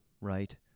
right